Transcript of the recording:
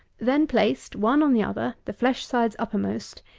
then placed, one on the other, the flesh sides uppermost,